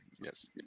yes